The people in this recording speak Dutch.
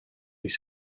die